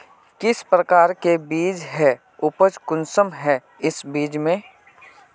किस प्रकार के बीज है उपज कुंसम है इस बीज में?